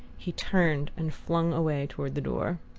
he turned and flung away toward the door.